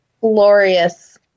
glorious